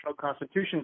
Constitution